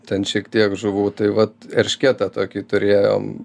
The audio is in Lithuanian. ten šiek tiek žuvų tai vat eršketą tokį turėjom